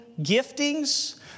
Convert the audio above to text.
giftings